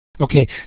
Okay